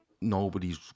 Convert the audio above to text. nobody's